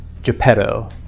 Geppetto